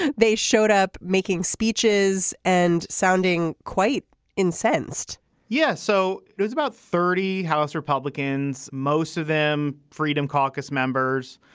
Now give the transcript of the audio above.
and they showed up making speeches and sounding quite incensed yes. so there's about thirty house republicans most of them freedom caucus members.